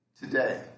today